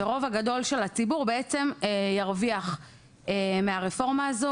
ורוב גדול של הציבור בעצם ירוויח מהרפורמה הזו,